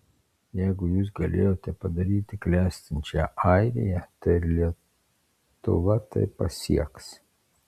jeigu jūs galėjote padaryti klestinčią airiją tai ir lietuva tai pasieks